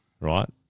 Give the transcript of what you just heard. right